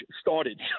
started